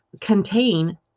contain